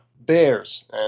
bears